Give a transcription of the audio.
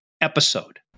episode